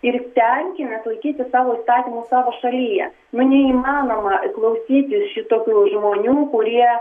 ir stenkimės laikytis savo įstatymų savo šalyje nu neįmanoma klausytis šitokių žmonių kurie